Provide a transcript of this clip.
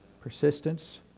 Persistence